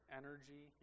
energy